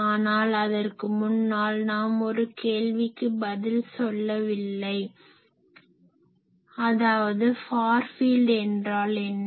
ஆனால் அதற்கு முன்னால் நாம் ஒரு கேள்விக்கு பதில் சொல்ல வில்லை அதாவது ஃபார் ஃபீல்ட் என்றால் என்ன